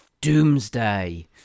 Doomsday